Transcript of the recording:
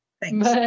Thanks